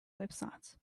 website